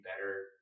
better